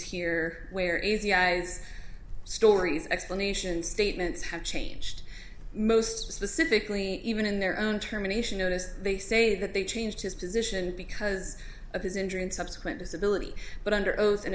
here where is the guy's stories explanation statements have changed most specifically even in their own terminations notice they say that they changed his position because of his injury and subsequent disability but under oath in a